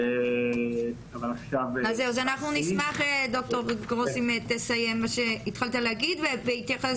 אנחנו נשמח אם תסיים מה שהתחלת להגיד ותתייחס